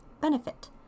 benefit